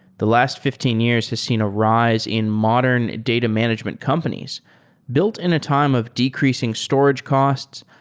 the last fifteen years has seen a rise in modern data management companies built in a time of decreasing storage costs,